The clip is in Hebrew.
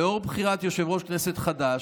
לאור בחירת יושב-ראש כנסת חדש,